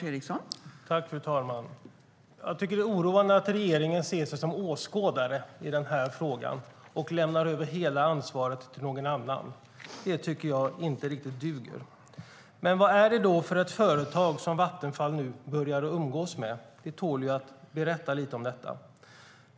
Fru talman! Det är oroande att regeringen ser sig som åskådare i frågan och lämnar över hela ansvaret till någon annan. Det duger inte riktigt. Men vad är det för företag som Vattenfall börjar umgås med? Det tål att berätta lite om detta.